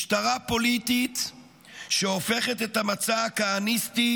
משטרה פוליטית שהופכת את המצע הכהניסטי